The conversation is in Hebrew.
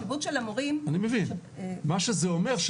מה שזה אומר,